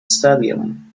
stadium